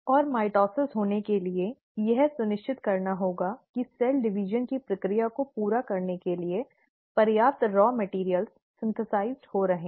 और माइटोसिस होने के लिए यह सुनिश्चित करना होगा कि कोशिका विभाजन की प्रक्रिया को पूरा करने के लिए पर्याप्त रॉ मैटिअर्इअल सिन्थिसाइज़ हो रहे हैं